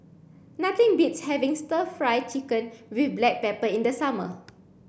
nothing beats having stir fry chicken with black pepper in the summer